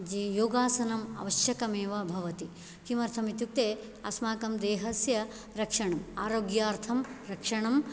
योगासनम् अवश्यकमेव भवति किमर्थमित्युक्ते अस्माकं देहस्य रक्षणम् आरोग्यार्थं रक्षणं